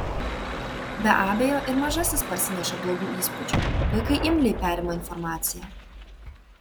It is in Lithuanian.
be abejo ir mažasis parsineša blogų įspūdžių vaikai imliai perima informaciją